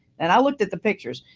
and i looked at the pictures.